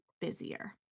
busier